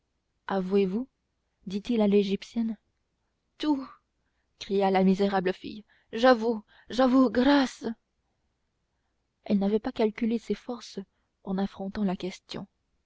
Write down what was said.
avouez vous dit-il à l'égyptienne tout cria la misérable fille j'avoue j'avoue grâce elle n'avait pas calculé ses forces en affrontant la question